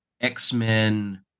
X-Men